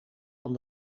van